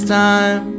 time